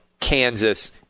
Kansas